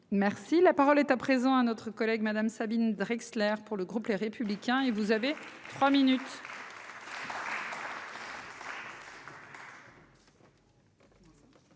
Merci la parole est à présent à notre collègue Madame Sabine Draxler pour le groupe Les Républicains et vous avez. Trois minutes.